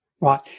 Right